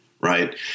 right